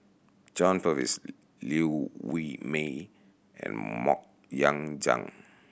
John Purvis Liew Wee Mee and Mok Ying Jang